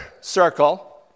circle